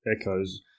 echoes